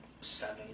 seven